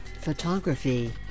photography